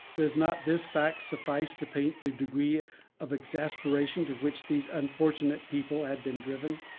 does not this fact suffice to paint the degree of exasperation to which these unfortunate people had been driven?